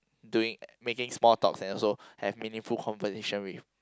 doing making small talks and also have meaningful conversations with